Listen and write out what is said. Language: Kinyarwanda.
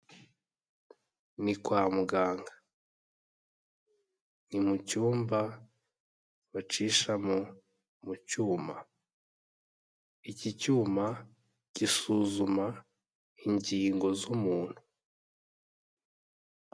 Ni kwa muganga, ni mu cyumba bacishamo mu cyuma, iki cyuma gisuzuma ingingo z'umuntu.